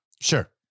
Sure